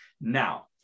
Now